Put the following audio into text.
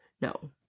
No